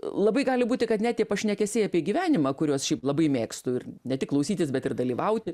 labai gali būti kad net tie pašnekesiai apie gyvenimą kuriuos šiaip labai mėgstu ir ne tik klausytis bet ir dalyvauti